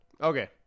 Okay